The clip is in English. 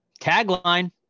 Tagline